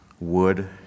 wood